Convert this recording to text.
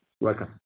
Welcome